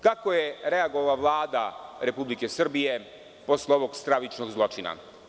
Kako je reagovala Vlada Republike Srbije posle ovog stravičnog zločina?